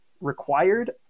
required